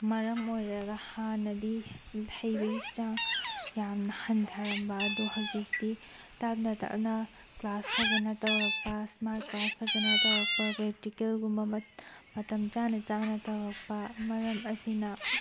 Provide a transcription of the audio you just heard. ꯃꯔꯝ ꯑꯣꯏꯔꯒ ꯍꯥꯟꯅꯗꯤ ꯍꯩꯕꯒꯤ ꯆꯥꯡ ꯌꯥꯝꯅ ꯍꯟꯊꯔꯝꯕ ꯑꯗꯨ ꯍꯧꯖꯤꯛꯇꯤ ꯇꯞꯅ ꯇꯞꯅ ꯀ꯭ꯂꯥꯁ ꯐꯖꯅ ꯇꯧꯔꯛꯄ ꯏꯁꯃꯥꯔꯇ ꯀ꯭ꯂꯥꯁ ꯐꯖꯅ ꯇꯧꯔꯛꯄ ꯄ꯭ꯔꯦꯛꯇꯤꯀꯦꯜꯒꯨꯝꯕ ꯃꯇꯝ ꯆꯥꯅ ꯆꯥꯅ ꯇꯧꯔꯛꯄ ꯃꯔꯝ ꯑꯁꯤꯅ